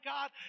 God